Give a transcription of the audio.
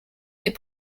des